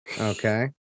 Okay